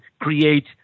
create